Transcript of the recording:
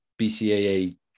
BCAA